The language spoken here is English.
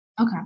Okay